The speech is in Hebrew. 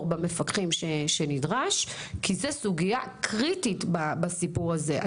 במפקחים שנדרשים כי זאת סוגיה קריטית בסיפור הזה.